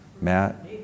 Matt